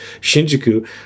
Shinjuku